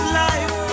life